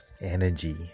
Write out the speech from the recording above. Energy